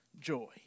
joy